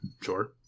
sure